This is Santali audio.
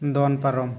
ᱫᱚᱱ ᱯᱟᱨᱚᱢ